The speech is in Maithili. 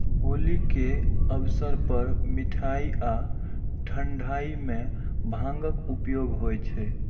होली के अवसर पर मिठाइ आ ठंढाइ मे भांगक उपयोग होइ छै